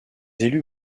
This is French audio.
élus